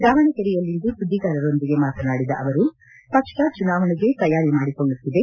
ದಾವಣಗೆರೆಯಲ್ಲಿಂದು ಸುದ್ದಿಗಾರರೊಂದಿಗೆ ಮಾತನಾಡಿದ ಅವರು ಪಕ್ಷ ಚುನಾವಣೆಗೆ ತಯಾರಿ ಮಾಡಿಕೊಳ್ಳುತ್ತಿದೆ